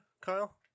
Kyle